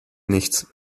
nichts